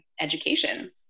education